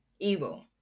evil